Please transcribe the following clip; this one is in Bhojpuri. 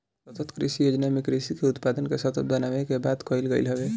सतत कृषि योजना में कृषि के उत्पादन के सतत बनावे के बात कईल गईल हवे